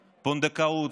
פונדקאות,